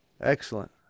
Excellent